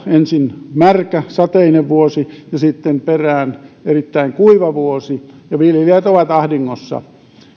ensin märkä sateinen vuosi ja sitten perään erittäin kuiva vuosi ja viljelijät ovat ahdingossa